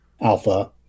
alpha